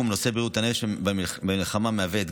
אנחנו נמצאים בעת לחימה.